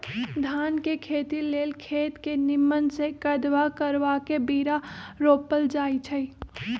धान के खेती लेल खेत के निम्मन से कदबा करबा के बीरा रोपल जाई छइ